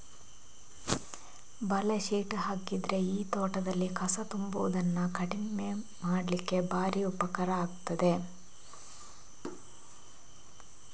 ಬಲೆ ಶೀಟ್ ಹಾಕಿದ್ರೆ ಈ ತೋಟದಲ್ಲಿ ಕಸ ತುಂಬುವುದನ್ನ ಕಮ್ಮಿ ಮಾಡ್ಲಿಕ್ಕೆ ಭಾರಿ ಉಪಕಾರ ಆಗ್ತದೆ